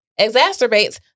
exacerbates